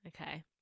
Okay